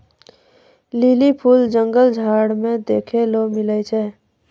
lily फूल जंगल झाड़ मे देखै ले मिलै छै